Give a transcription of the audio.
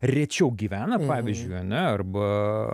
rečiau gyvena pavyzdžiui ane arba